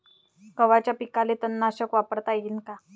गव्हाच्या पिकाले तननाशक वापरता येईन का?